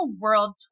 World